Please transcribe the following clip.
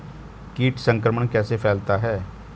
कीट संक्रमण कैसे फैलता है?